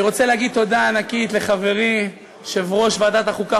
אני רוצה להגיד תודה ענקית לחברי יושב-ראש ועדת החוקה,